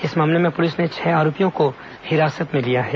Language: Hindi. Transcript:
इस मामले में पुलिस ने छह आरोपियों को हिरासत में लिया है